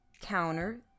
counter